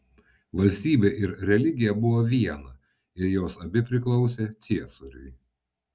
valstybė ir religija buvo viena ir jos abi priklausė ciesoriui